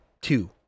two